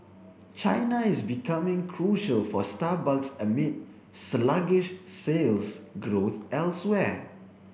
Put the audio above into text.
China is becoming crucial for Starbucks amid sluggish sales growth elsewhere